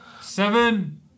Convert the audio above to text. Seven